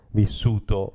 vissuto